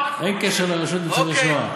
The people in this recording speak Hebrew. אין קשר לרשות לניצולי השואה.